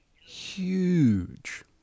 Huge